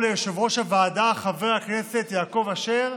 ליושב-ראש הוועדה חבר הכנסת יעקב אשר,